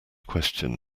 question